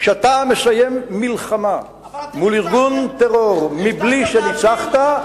כשאתה מסיים מלחמה מול ארגון טרור מבלי שניצחת,